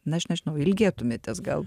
na aš nežinau ilgėtumėtės gal